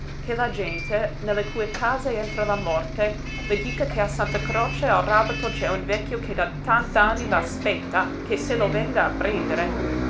che la gente nelle cui case entra la morte le dica che a santa croce al ràbato c'è un vecchio che da tant'anni la aspetta che se lo venga a prendere